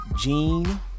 Gene